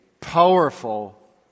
powerful